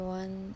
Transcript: one